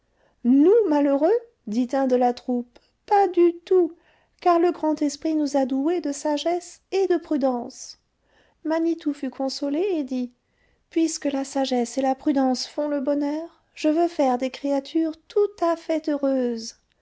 nous malheureux dit un de la troupe pas du tout car le grand esprit nous a doués de sagesse et de prudence manitou fut consolé et dit puisque la sagesse et la prudence font le bonheur je veux faire des créatures tout à fait heureuses